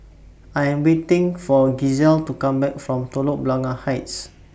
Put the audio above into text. I Am waiting For Gisele to Come Back from Telok Blangah Heights